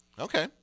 Okay